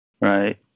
right